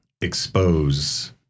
expose